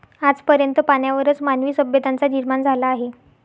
आज पर्यंत पाण्यावरच मानवी सभ्यतांचा निर्माण झाला आहे